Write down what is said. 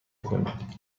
کنید